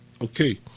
Okay